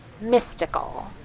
Mystical